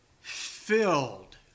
filled